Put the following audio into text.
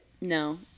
No